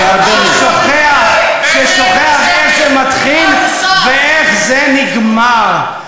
ששוכח איך זה מתחיל ואיך זה נגמר.